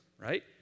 right